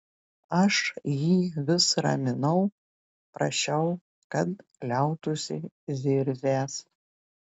aš jį vis raminau prašiau kad liautųsi zirzęs